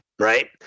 Right